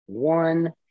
one